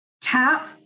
tap